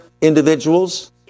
individuals